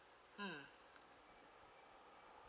mm